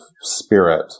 spirit